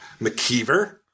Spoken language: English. McKeever